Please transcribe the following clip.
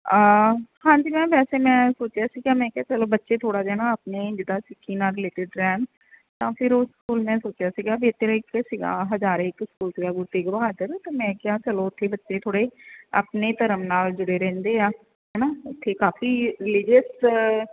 ਹਾਂਜੀ ਮੈਂ ਵੈਸੇ ਮੈਂ ਸੋਚਿਆ ਸੀਗਾ ਮੈਂ ਕਿਹਾ ਚਲੋ ਬੱਚੇ ਥੋੜ੍ਹਾ ਜਿਹਾ ਨਾ ਆਪਣੇ ਜਿੱਦਾਂ ਸਿੱਖੀ ਨਾਲ ਵੀ ਰਿਲੇਟਿਡ ਰਹਿਣ ਤਾਂ ਫਿਰ ਉਹ ਸਕੂਲ ਮੈਂ ਸੋਚਿਆ ਸੀਗਾ ਵੀ ਇੱਥੇ ਇੱਕ ਸੀਗਾ ਹਜਾਰੇ ਇੱਕ ਸਕੂਲ ਗੁਰੂ ਤੇਗ ਬਹਾਦਰ ਅਤੇ ਮੈਂ ਕਿਹਾ ਚਲੋ ਉੱਥੇ ਬੱਚੇ ਥੋੜ੍ਹੇ ਆਪਣੇ ਧਰਮ ਨਾਲ ਜੁੜੇ ਰਹਿੰਦੇ ਆ ਹੈ ਨਾ ਉੱਥੇ ਕਾਫੀ ਰਿਲੀਜਅਸ